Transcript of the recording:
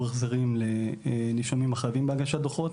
החזרים לנישומים החייבים בהגשת דוחות.